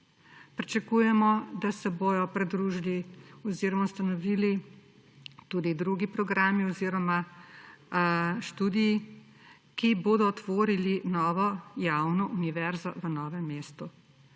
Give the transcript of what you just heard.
Pričakujemo, da se bodo pridružili oziroma ustanovili tudi drugi programi oziroma študiji, ki bodo tvorili novo javno univerzo v Novem mestu.